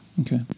Okay